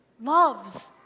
loves